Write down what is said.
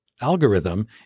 algorithm